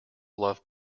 love